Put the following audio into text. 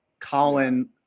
Colin